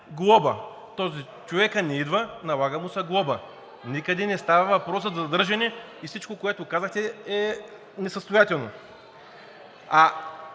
„глоба“. Човекът не идва, налага му се глоба. Никъде не става въпрос за задържане и всичко, което казахте, е несъстоятелно.